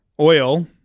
oil